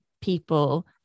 people